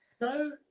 no